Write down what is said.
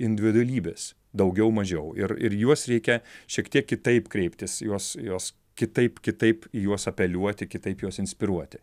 individualybės daugiau mažiau ir ir juos reikia šiek tiek kitaip kreiptis į juos juos kitaip kitaip į juos apeliuoti kitaip juos inspiruoti